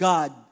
God